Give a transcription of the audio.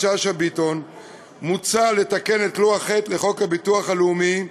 שאשא ביטון מוצע לתקן את לוח ח' לחוק הביטוח הלאומי,